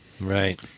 Right